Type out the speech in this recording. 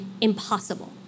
impossible